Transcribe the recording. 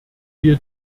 wir